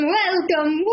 welcome